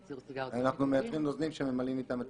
אנחנו מייצרים נוזלים שממלאים איתם את